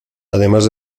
además